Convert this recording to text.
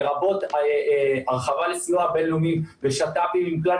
לרבות הרחבה לסיוע בין-לאומי ושת"פים עם כלל